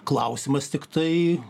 klausimas tiktai